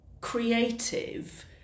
creative